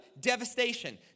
devastation